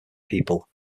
people